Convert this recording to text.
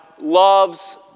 loves